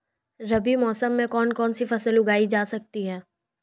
रबी मौसम में कौन कौनसी फसल उगाई जा सकती है?